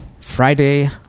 Friday